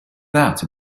that